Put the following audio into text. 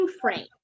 frame